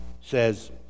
Says